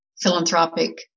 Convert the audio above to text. philanthropic